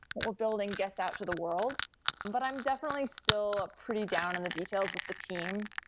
what we're building gets out to the world but i'm definitely still pretty down in the details with the team.